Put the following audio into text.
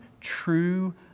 true